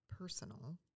personal